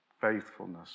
faithfulness